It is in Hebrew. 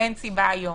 אין סיבה היום.